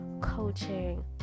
coaching